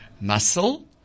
muscle